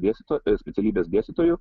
dėstytojo specialybės dėstytojų